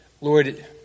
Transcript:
Lord